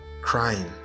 crying